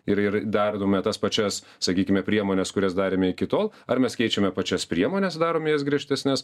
ir ir dardume tas pačias sakykime priemones kurias darėme iki tol ar mes keičiame pačias priemones daromės griežtesnes